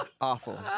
awful